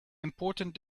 important